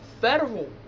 federal